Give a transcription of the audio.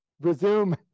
resume